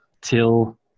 till